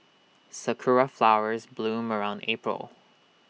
Sakura Flowers bloom around April